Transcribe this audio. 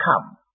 come